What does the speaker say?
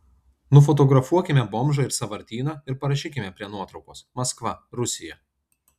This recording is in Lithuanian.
nufotografuokime bomžą ir sąvartyną ir parašykime prie nuotraukos maskva rusija